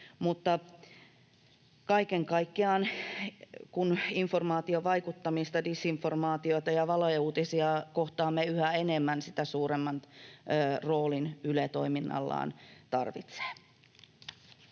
Mutta kaiken kaikkiaan, kun informaatiovaikuttamista, disinformaatiota ja valeuutisia kohtaamme yhä enemmän, sitä suuremman roolin Yle toiminnallaan tarvitsee.